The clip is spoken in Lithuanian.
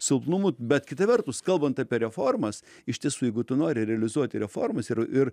silpnumų bet kita vertus kalbant apie reformas iš tiesų jeigu tu nori realizuoti reformas ir ir